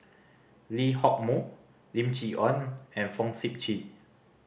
Lee Hock Moh Lim Chee Onn and Fong Sip Chee